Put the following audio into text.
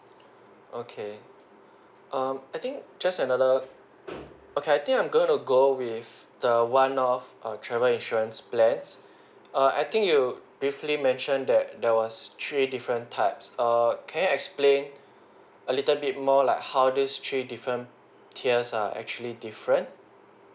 okay um I think just another okay I think I'm gonna go with the one of err travel insurance plans err I think you briefly mentioned that there was three different types err can you explain a little bit more like how these three different tiers are actually different